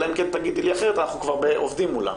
אלא אם כן תגידי לי אחרת 'אנחנו כבר עובדים מולם,